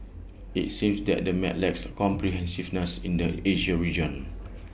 IT seems that the map lacks comprehensiveness in the Asia region